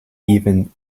even